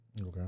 Okay